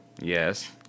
Yes